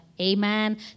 Amen